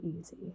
easy